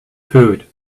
food